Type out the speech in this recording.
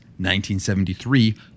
1973